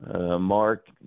mark